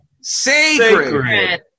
Sacred